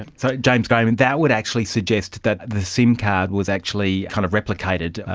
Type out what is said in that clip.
and so, james graham, and that would actually suggests that the sim card was actually kind of replicated,